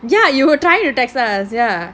ya you were trying to text us ya